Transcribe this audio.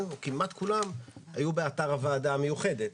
או כמעט כולם היו באתר הוועדה המיוחדת,